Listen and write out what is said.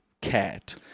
cat